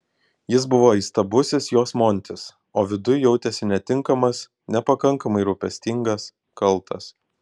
jis buvo įstabusis jos montis o viduj jautėsi netinkamas nepakankamai rūpestingas kaltas